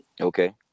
Okay